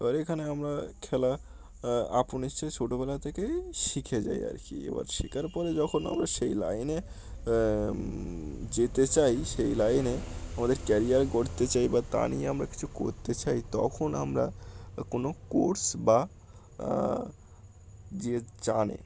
এবার এখানে আমরা খেলা আপন ইচ্ছায় ছোটবেলা থেকেই শিখে যাই আর কি এবার শেখার পরে যখন আমরা সেই লাইনে যেতে চাই সেই লাইনে আমাদের কেরিয়ার গড়তে চাই বা তা নিয়ে আমরা কিছু করতে চাই তখন আমরা কোনো কোর্স বা যে জানে